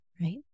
right